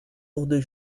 lourdes